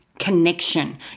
connection